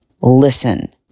listen